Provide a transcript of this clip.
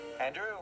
Andrew